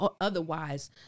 Otherwise